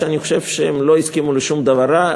שאני חושב שהם לא הסכימו לשם דבר רע.